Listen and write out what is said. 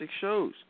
shows